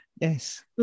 Yes